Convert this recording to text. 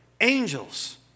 angels